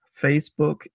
Facebook